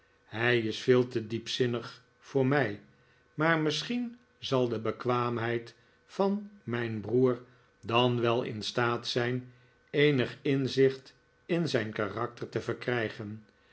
hij isveel te diepzinnig voor mij maar misschien zal de bekwaamheid van mijn broer dan wel in staat zijn eenig inzicht in zijn karakter te verkrijgen